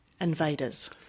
invaders